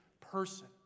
person